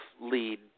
lead